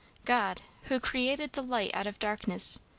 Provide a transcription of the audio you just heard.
god, who created the light out of darkness,